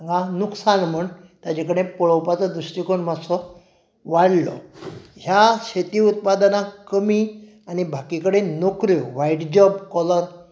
हांगा नुकसान म्हण ताजे कडेन पळोपाचो दृश्टीकोण मातसो वाडलो ह्या शेती उत्पादनांक कमी आनी बाकी कडेन नोकऱ्यो वायट जॉब कॉलर